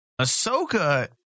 Ahsoka